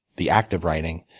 the act of writing.